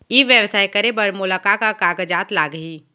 ई व्यवसाय करे बर मोला का का कागजात लागही?